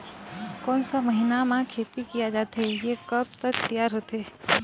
कोन सा महीना मा खेती किया जाथे ये कब तक तियार होथे?